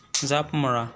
জাঁপ মৰা